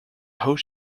host